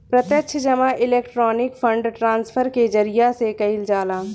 प्रत्यक्ष जमा electronic fund transfer के जरिया से कईल जाला